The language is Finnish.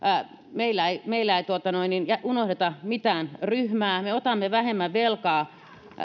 meillä ei meillä unohdeta mitään ryhmää me otamme vähemmän velkaa